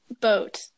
Boat